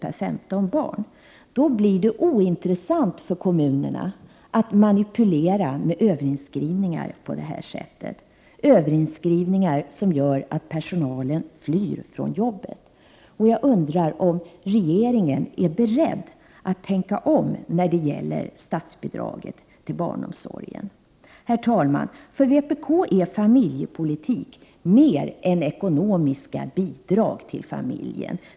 per 15 barn, blir det ointressant för kommunerna att manipulera med överinskrivningar på detta sätt — överinskrivningar som gör att personalen flyr från jobben. Jag undrar om regeringen är beredd att tänka om när det gäller statsbidrag till barnomsorgen. Herr talman! För vpk är familjepolitik mer än ekonomiska bidrag för familjer.